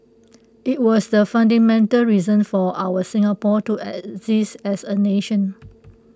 IT was the fundamental reason for our Singapore to exist as A nation